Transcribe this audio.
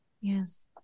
Yes